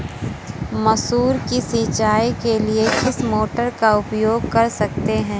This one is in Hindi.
मसूर की सिंचाई के लिए किस मोटर का उपयोग कर सकते हैं?